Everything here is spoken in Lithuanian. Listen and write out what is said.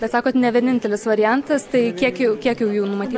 bet sakot ne vienintelis variantas tai kiek jų kiek jau jų numatyta